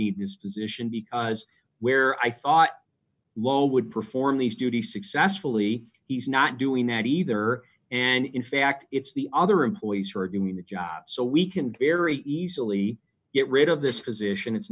need this position because where i thought low would perform these duties successfully he's not doing that either and in fact it's the other employees who are doing the job so we can very easily get rid of position it's